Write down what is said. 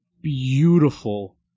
beautiful